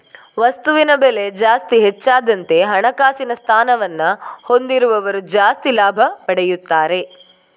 ವಸ್ತುವಿನ ಬೆಲೆ ಜಾಸ್ತಿ ಹೆಚ್ಚಾದಂತೆ ಹಣಕಾಸಿನ ಸ್ಥಾನವನ್ನ ಹೊಂದಿದವರು ಜಾಸ್ತಿ ಲಾಭ ಪಡೆಯುತ್ತಾರೆ